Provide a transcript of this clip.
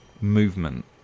movement